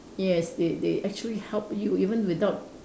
yes they they actually help you even without